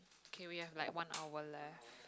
okay we have like one hour left